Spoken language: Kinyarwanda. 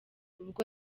ubwo